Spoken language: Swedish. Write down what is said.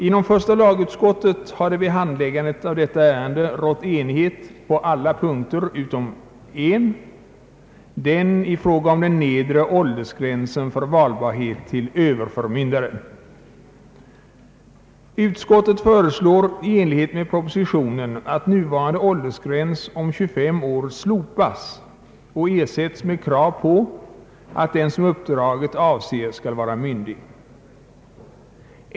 Inom första lagutskottet har det vid handläggandet av detta ärende rått enighet om alla punkter utom en, nämligen i fråga om den lägre åldersgränsen för valbarhet till överförmyndare. Utskottet föreslår i enlighet med propositionen att nuvarande åldersgräns om 25 år slopas och ersätts med krav på att den som uppdraget avser skall vara myndig.